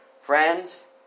Friends